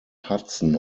hudson